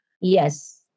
Yes